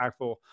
impactful